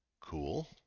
Cool